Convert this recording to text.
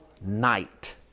night